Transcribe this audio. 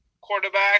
quarterback